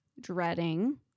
dreading